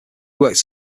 worked